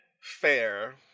Fair